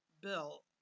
bill